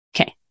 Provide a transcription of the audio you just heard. Okay